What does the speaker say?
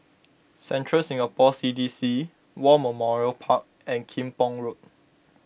Central Singapore C D C War Memorial Park and Kim Pong Road